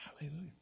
Hallelujah